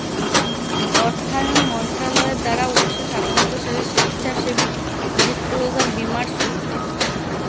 অর্থায়ন মন্ত্রণালয়ের দ্বারা উন্নিশো সাতানব্বই সালে স্বেচ্ছাসেবী ডিসক্লোজার বীমার শুরু